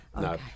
no